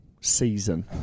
season